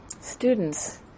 students